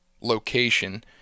location